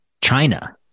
China